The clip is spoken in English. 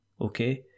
okay